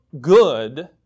good